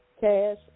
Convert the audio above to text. cash